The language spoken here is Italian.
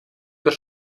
per